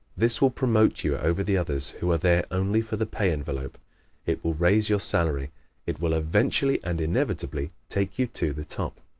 this will promote you over the others who are there only for the pay envelope it will raise your salary it will eventually and inevitably take you to the top.